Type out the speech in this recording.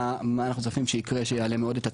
מה אנחנו צופים שיעלה מאוד את הצריכות?